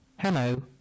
Hello